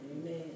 amen